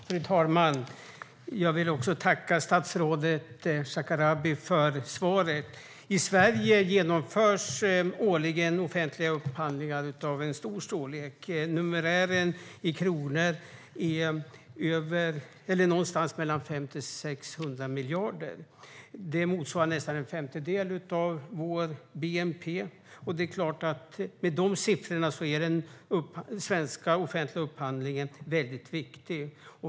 Fru talman! Jag tackar statsrådet Shekarabi för svaret. I Sverige genomförs årligen offentliga upphandlingar för 500-600 miljarder kronor. Det motsvarar nästan en femtedel av vår bnp. Med dessa siffror är det klart att den svenska offentliga upphandlingen är mycket viktig.